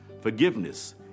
forgiveness